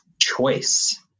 choice